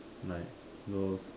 like those